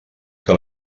que